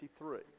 1953